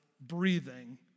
breathing